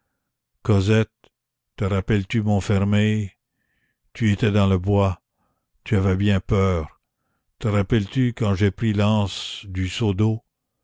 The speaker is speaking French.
cosette te rappelles-tu montfermeil tu étais dans le bois tu avais bien peur te rappelles-tu quand j'ai pris l'anse du seau d'eau